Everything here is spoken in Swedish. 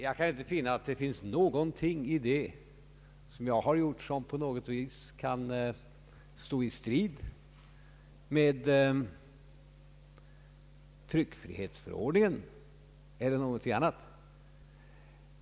Jag kan inte inse att det finns någonting i det som jag har gjort som på något vis kan stå i strid med tryckfrihetsförordningen eller någonting annat.